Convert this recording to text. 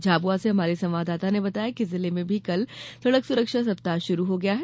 झाबुआ से हमारे संवाददाता ने बताया है कि जिले में भी कल सड़क सुरक्षा सप्ताह शुरू हो गया है